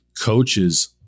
coaches